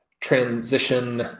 transition